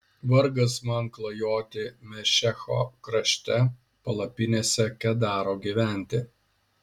vargas man klajoti mešecho krašte palapinėse kedaro gyventi